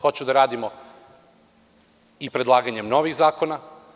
Hoću da radimo i predlaganjem novih zakona.